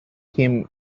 him